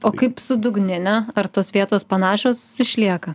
o kaip su dugnine ar tos vietos panašios išlieka